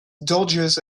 dodges